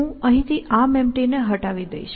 હું અહીં થી ArmEmpty ને હટાવી દઈશ